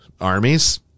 armies